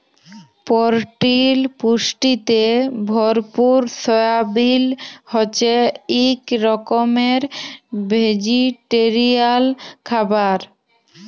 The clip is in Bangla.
পরটিল পুষ্টিতে ভরপুর সয়াবিল হছে ইক রকমের ভেজিটেরিয়াল খাবার